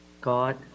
God